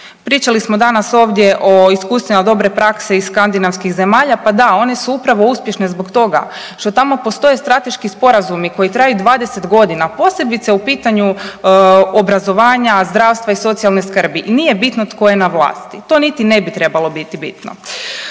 Pričali smo danas ovdje o iskustvima dobre prakse iz Skandinavskih zemalja, pa da, oni su upravo uspješni upravo zbog toga što tamo postoje strateški sporazumi koji traju 20 godina, posebice u pitanju obrazovanja, zdravstva i socijalne skrbi i nije bitno tko je na vlasti, to niti ne bi trebalo biti bitno.